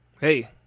hey